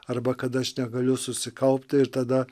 arba kad aš negaliu susikaupti ir tada